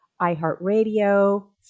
iHeartRadio